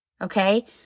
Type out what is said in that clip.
Okay